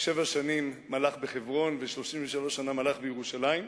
שבע שנים מלך בחברון ו-33 שנה מלך בירושלים,